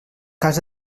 cas